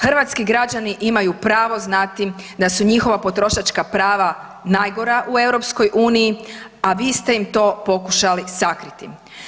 Hrvatski građani imaju pravo znati da su njihova potrošačka prava najgora u EU, a vi ste im to pokušali sakriti.